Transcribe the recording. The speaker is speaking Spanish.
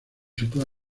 sitúa